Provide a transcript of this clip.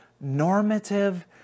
normative